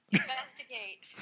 investigate